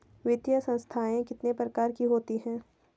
वित्तीय संस्थाएं कितने प्रकार की होती हैं?